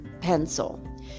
pencil